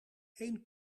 één